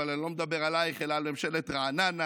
אני לא מדבר עלייך אלא על ממשלת רעננה